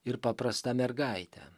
ir paprastą mergaitę